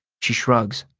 she shrugs,